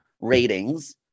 ratings